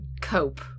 cope